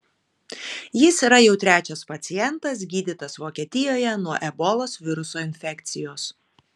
jis yra jau trečias pacientas gydytas vokietijoje nuo ebolos viruso infekcijos